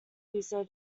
user